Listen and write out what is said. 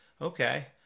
okay